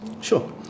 Sure